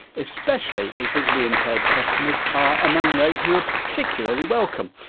especially as visually impaired customers are among those who are particularly welcome.